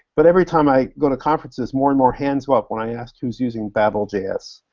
but every time i go to conferences, more and more hands go up when i ask who's using babel js.